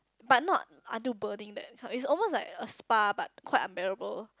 but not until burning that kind it's almost like a spa but quite unbearable